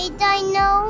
dino